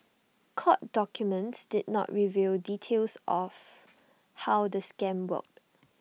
court documents did not reveal details of how the scam worked